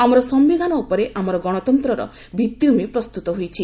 ଆମର ସିୟିଧାନ ଉପରେ ଆମର ଗଶତନ୍ତ୍ରର ଭିଭିଭ୍ବମି ପ୍ରସ୍ତୁତ ହୋଇଛି